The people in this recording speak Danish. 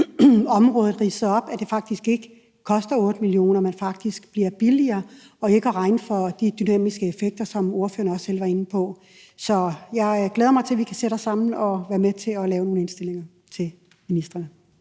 området ridset op, at det ikke koster 8 mio. kr., men faktisk bliver billigere, hvis man regner de dynamiske effekter, som ordføreren også var inde på, med. Jeg glæder mig til, at vi kan sætte os sammen og lave nogle indstillinger til ministeren.